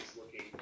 looking